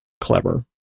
clever